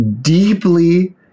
deeply